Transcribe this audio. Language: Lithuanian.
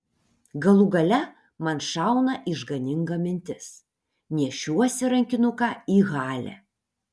galų gale man šauna išganinga mintis nešiuosi rankinuką į halę